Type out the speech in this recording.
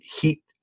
heat